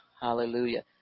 Hallelujah